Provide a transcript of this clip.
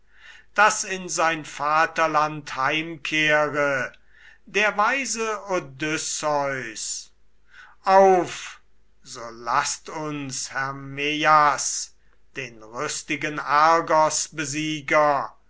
daß in sein vaterland heimkehre der weise odysseus auf so laßt uns hermeias den rüstigen argosbesieger